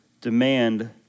demand